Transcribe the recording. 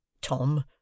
Tom